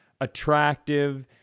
attractive